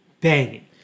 banging